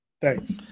Thanks